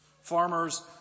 Farmers